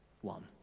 one